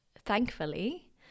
thankfully